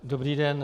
Dobrý den.